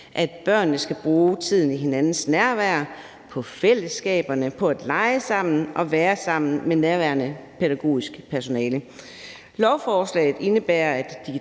at børnene skal bruge tiden i hinandens nærvær, på fællesskaberne, på at lege sammen og på at være sammen med nærværende pædagogisk personale. Lovforslaget indebærer, at digitale